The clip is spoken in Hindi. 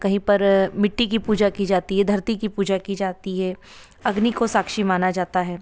कहीं पर मिट्टी की पूजा की जाती है धरती की पूजा की जाती है अग्नि को साक्षी माना जाता है